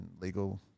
legal